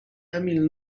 emil